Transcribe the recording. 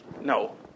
No